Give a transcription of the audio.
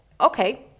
okay